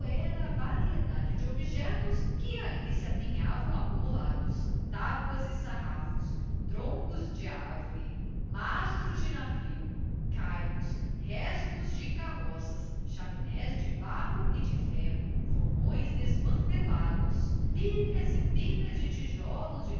a variedade dos objetos que ali se apinhavam acumulados tábuas e sarrafos troncos de árvore mastros de navio caibros restos de carroças chaminés de barro e de ferro fogões desmantelados pilhas e pilhas de tijolos